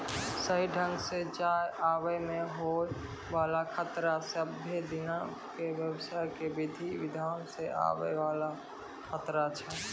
सही ढंगो से जाय आवै मे होय बाला खतरा सभ्भे दिनो के व्यवसाय के विधि विधान मे आवै वाला खतरा छै